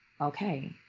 okay